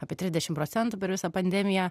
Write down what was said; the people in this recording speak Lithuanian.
apie trisdešim procentų per visą pandemiją